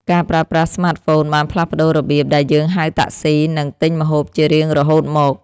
ការប្រើប្រាស់ស្មាតហ្វូនបានផ្លាស់ប្តូររបៀបដែលយើងហៅតាក់ស៊ី និងទិញម្ហូបជារៀងរហូតមក។